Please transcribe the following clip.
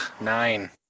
Nine